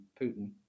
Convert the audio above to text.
Putin